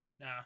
nah